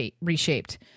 reshaped